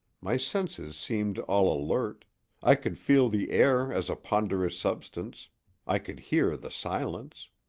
my senses seemed all alert i could feel the air as a ponderous substance i could hear the silence.